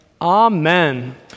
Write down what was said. Amen